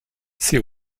ces